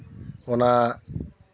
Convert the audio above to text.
ᱚᱱᱟ